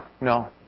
No